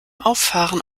auffahren